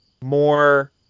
More